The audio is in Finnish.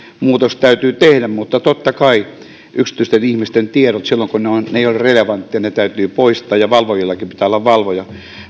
muutos täytyy tehdä mutta totta kai yksityisten ihmisten tiedot silloin kun ne eivät ole relevantteja täytyy poistaa ja valvojillakin pitää olla valvoja